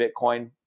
Bitcoin